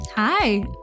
Hi